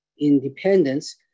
independence